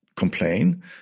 complain